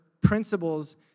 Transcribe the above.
principles